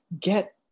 get